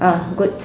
ah good